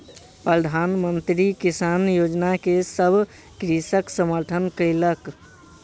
प्रधान मंत्री किसान योजना के सभ कृषक समर्थन कयलक